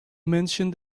mentioned